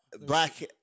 Black